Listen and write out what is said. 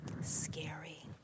Scary